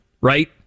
Right